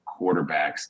quarterbacks